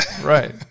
Right